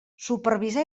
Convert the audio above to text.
supervisar